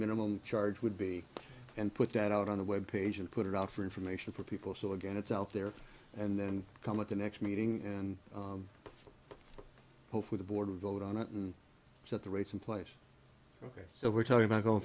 minimum charge would be and put that out on the web page and put it out for information for people so again it's out there and then come up the next meeting and hopefully the board vote on it and so the rates in place ok so we're talking about going